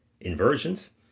Inversions